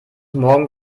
morgen